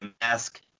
mask